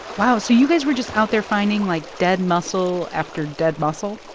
wow. so you guys were just out there finding, like, dead mussel after dead mussel?